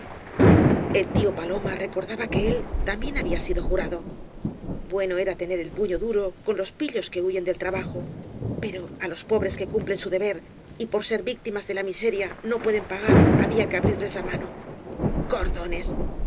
el tío paloma recordaba que él también había sido jurado baeno era tener el puño duro con los pillos que huyen del trabajo pero á los pobres que cumplen su deber y por ser víctimas de la miseria no pueden pagar había que abrirles la mano cordones